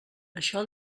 això